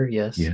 yes